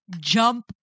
Jump